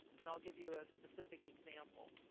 and i'll give you a specific example.